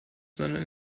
sondern